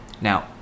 Now